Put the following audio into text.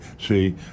see